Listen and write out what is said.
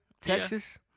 Texas